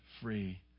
free